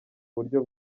buryo